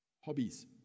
hobbies